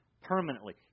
permanently